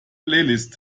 playlist